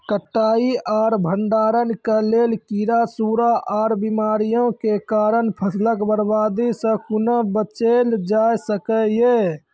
कटाई आर भंडारण के लेल कीड़ा, सूड़ा आर बीमारियों के कारण फसलक बर्बादी सॅ कूना बचेल जाय सकै ये?